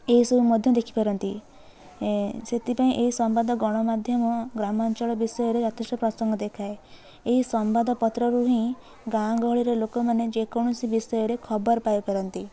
ଏସବୁ ମଧ୍ୟ ଦେଖିପାରନ୍ତି ସେଥିପାଇଁ ଏ ସମ୍ବାଦ ଗଣମାଧ୍ୟମ ଗ୍ରାମାଞ୍ଚଳ ବିଷୟରେ ଯଥେଷ୍ଟ ପ୍ରସଙ୍ଗ ଦେଖାଏ ଏହି ସମ୍ବାଦ ପତ୍ରରୁ ହିଁ ଗାଁ ଗହଳିର ଲୋକମାନେ ଯେକୌଣସି ବିଷୟରେ ଖବର ପାଇ ପାରନ୍ତି